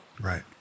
Right